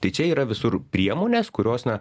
tai čia yra visur priemonės kurios na